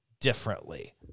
differently